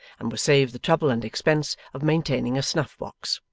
and was saved the trouble and expense of maintaining a snuff-box.